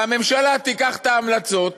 שהממשלה תיקח את ההמלצות,